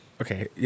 Okay